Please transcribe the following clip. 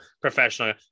professional